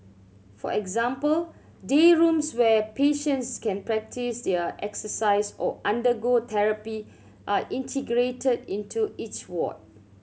for example day rooms where patients can practise their exercise or undergo therapy are integrated into each ward